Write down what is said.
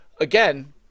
again